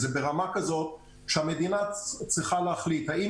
זה ברמה כזאת שהמדינה צריכה להחליט האם